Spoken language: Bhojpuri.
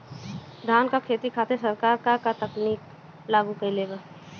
धान क खेती खातिर सरकार का का तकनीक लागू कईले बा?